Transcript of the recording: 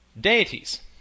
deities